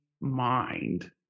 mind